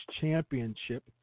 Championship